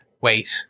wait